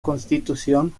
constitución